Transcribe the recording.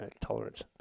tolerance